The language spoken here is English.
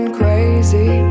crazy